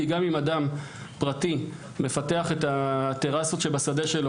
כי גם אם אדם פרטי מפתח את הטרסות שבשדה שלו